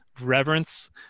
reverence